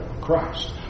Christ